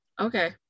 okay